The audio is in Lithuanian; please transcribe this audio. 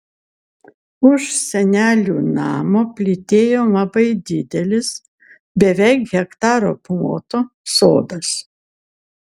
už senelių namo plytėjo labai didelis beveik hektaro ploto sodas